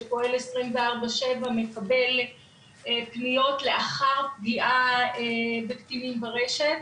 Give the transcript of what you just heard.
שפועל 24/7 מקבל פניות לאחר פגיעה בקטינים ברשת.